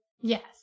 Yes